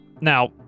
Now